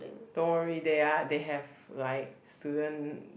don't worry they are they have like student